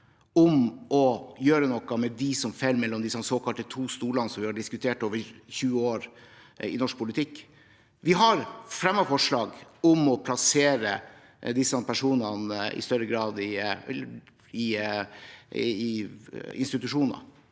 om å gjøre noe med dem som faller mellom disse såkalte to stolene, noe vi har diskutert i over 20 år i norsk politikk. Vi har fremmet forslag om å plassere disse personene i større grad i institusjoner.